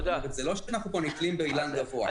זה לא שאנחנו פה נתלים באילן גבוה.